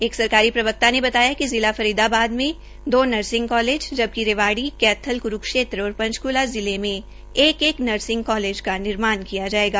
एक सरकारी प्रवक्ता ने बताया कि जिला फरीदाबाद में दो नर्सिंग कॉलेज जबकि रेवाड़ी कैथल क्रुक्षेत्र और पंचक्ला जिलों में एक एक नर्सिंग कॉलेज का निर्माण किया जाएगा